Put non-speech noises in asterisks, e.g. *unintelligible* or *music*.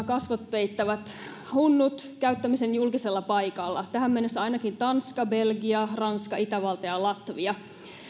*unintelligible* kasvot peittävien huntujen käyttämisen julkisella paikalla tähän mennessä ainakin tanska belgia ranska itävalta ja latvia